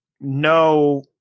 no